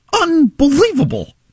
Unbelievable